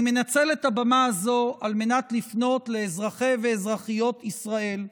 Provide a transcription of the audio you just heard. אני מנצל את הבמה הזאת על מנת לפנות לאזרחי ואזרחיות ישראל,